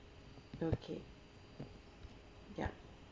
okay ya